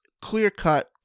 clear-cut